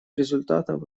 результатов